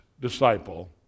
disciple